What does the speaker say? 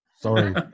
Sorry